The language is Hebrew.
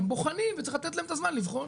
הם בוחנים וצריך לתת להם את הזמן לבחון.